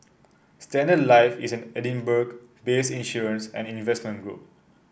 Standard Life is an Edinburgh based insurance and investment group